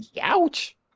Ouch